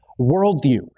worldview